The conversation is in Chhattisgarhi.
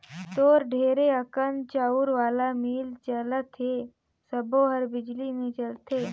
तोर ढेरे अकन चउर वाला मील चलत हे सबो हर बिजली मे चलथे